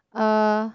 uh